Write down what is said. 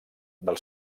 del